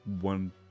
one